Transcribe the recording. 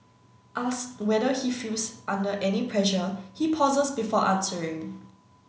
asked whether he feels under any pressure he pauses before answering